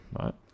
Right